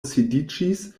sidiĝis